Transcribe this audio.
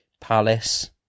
Palace